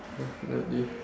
definitely